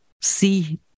see